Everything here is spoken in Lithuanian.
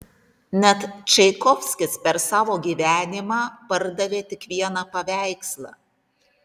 net čaikovskis per savo gyvenimą pardavė tik vieną paveikslą